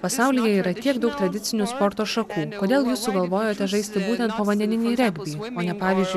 pasaulyje yra tiek daug tradicinių sporto šakų kodėl jūs sugalvojote žaisti būtent povandeninį regbį o ne pavyzdžiui